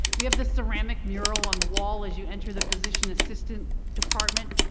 we have the ceramic mural on the wall as you enter the physician assistant department.